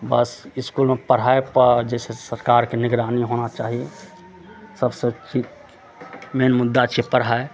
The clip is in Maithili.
बस इसकुलमे पढ़ाइ जैसे सरकारके निगरानी होना चाही सबसँ मेन मुद्दा छै पढ़ाइ